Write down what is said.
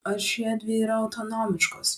ar šiedvi yra autonomiškos